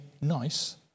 nice